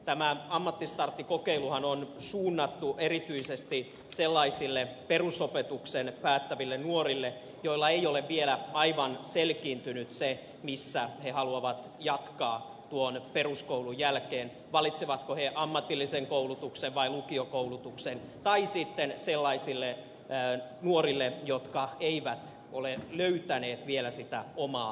tämä ammattistarttikokeiluhan on suunnattu erityisesti sellaisille perusopetuksen päättäville nuorille joille ei ole vielä aivan selkiintynyt se missä he haluavat jatkaa peruskoulun jälkeen valitsevatko he ammatillisen koulutuksen vai lukiokoulutuksen tai sitten sellaisille nuorille jotka eivät ole löytäneet vielä sitä omaa alaansa